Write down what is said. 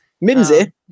Mimsy